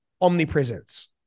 omnipresence